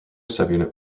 subunit